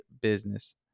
business